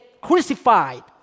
crucified